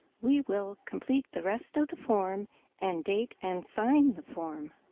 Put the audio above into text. we will complete the rest of the form and date and sign the form.